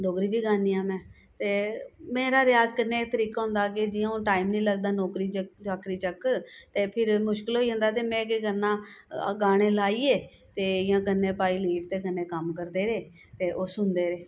डोगरी बी गान्नी आं में ते मेरा रेयाज करने दा तरीका होंदा कि जियां हून टाइम नी लगदा नौकरी चाकरी चक ते फेर मुश्कल होई जन्दा ते में केह् करना गाने लाइयै ते इयां कन्नै भई लीट ते कम्म करदे रेह ते ओह् सुनदे रेह्